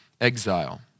exile